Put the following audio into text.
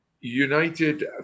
United